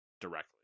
directly